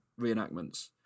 reenactments